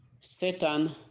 Satan